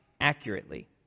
accurately